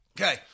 Okay